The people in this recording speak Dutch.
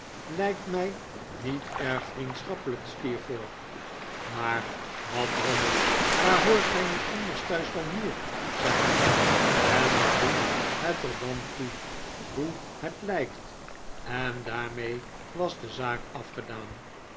lijkt mij niet erg vriendschappelijk steerforth maar wat drommel waar hoort gij nu anders thuis dan hier zei hij en wat doet het er dan toe hoe het lijkt en daarmee was de zaak afgedaan